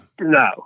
No